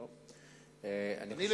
אני,